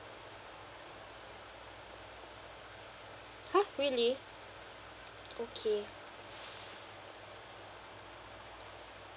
!huh! really okay